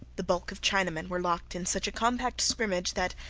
the bulk of chinamen were locked in such a compact scrimmage that,